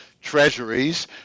treasuries